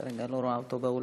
אני לא רואה אותו באולם.